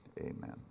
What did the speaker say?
amen